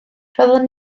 rhoddodd